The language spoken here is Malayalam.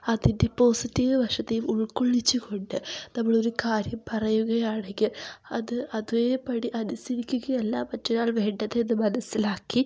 അതിൻ്റെ പോസിറ്റീവ് വശത്തെയും ഉൾക്കൊള്ളിച്ചുകൊണ്ട് നമ്മളൊരു കാര്യം പറയുകയാണെങ്കിൽ അത് അതേപടി അനുസരിക്കുകയല്ല മറ്റൊരാൾ വേണ്ടത് എന്നു മനസ്സിലാക്കി